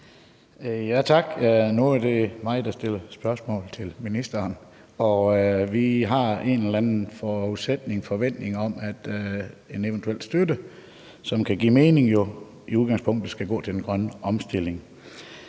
Tak. Nu er det mig, der stiller spørgsmål til ministeren. Vi har en forventning om, at en eventuel støtte, som kan give mening, jo i udgangspunktet skal gå til den grønne omstilling.